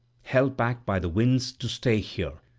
held back by the winds to stay here,